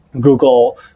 Google